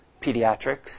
pediatrics